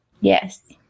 Yes